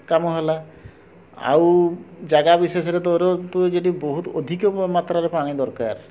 କାମ ହେଲା ଆଉ ଯାଗା ବିଶେଷରେ ତୋର ତୁ ଯଦି ବହୁତ ଅଧିକ ମାତ୍ରାରେ ପାଣି ଦରକାର